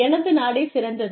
எனது நாடே சிறந்தது